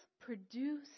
produce